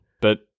but-